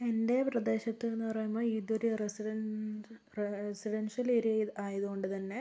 എൻ്റെ പ്രദേശത്തെന്ന് പറയുമ്പോൾ ഇതൊരു റെസിഡൻ്റ് റെസിഡൻഷ്യൽ ഏരിയ ആയതുകൊണ്ടുതന്നെ